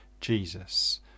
jesus